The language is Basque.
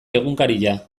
egunkaria